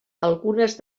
algunes